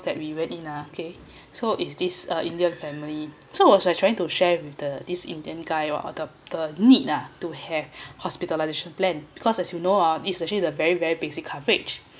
that we went in ah okay so is this uh indian family so I was like trying to share with the this indian guy about the the need ah to have hospitalization plan because as you know oh especially the very very basic coverage